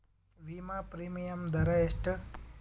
ವಿಮಾ ಪ್ರೀಮಿಯಮ್ ದರಾ ಎಷ್ಟು?